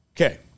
Okay